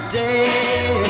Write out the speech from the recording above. day